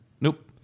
Nope